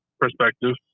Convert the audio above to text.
perspective